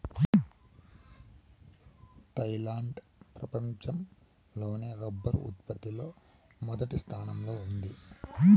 Thailand ప్రపంచం లోనే rubber ఉత్పత్తి లో మొదటి స్థానంలో ఉంది